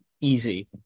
easy